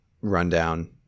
rundown